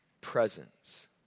presence